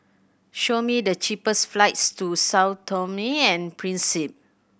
show me the cheapest flights to Sao Tome and Principe